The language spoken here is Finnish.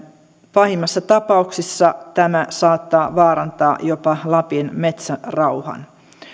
pahimmassa tapauksessa tämä saattaa vaarantaa jopa lapin metsärauhan